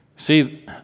See